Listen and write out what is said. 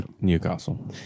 Newcastle